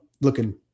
looking